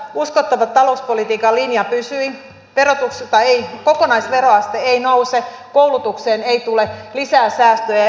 uskottava talouspolitiikan linja pysyi kokonaisveroaste ei nouse koulutukseen ei tule lisää säästöjä